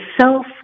self